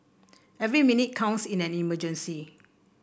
every minute counts in an emergency